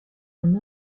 homme